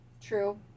true